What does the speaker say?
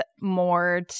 more